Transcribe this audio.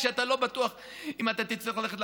כשאתה לא בטוח אם אתה תצטרך ללכת לממ"ד,